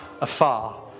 afar